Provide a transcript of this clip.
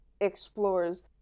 explores